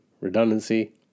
redundancy